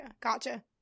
Gotcha